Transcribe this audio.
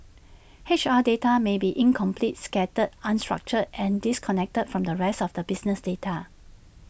H R data may be incomplete scattered unstructured and disconnected from the rest of the business data